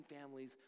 families